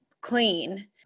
clean